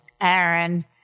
Aaron